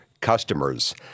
customers